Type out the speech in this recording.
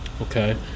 Okay